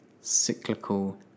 cyclical